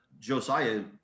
Josiah